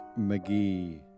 mcgee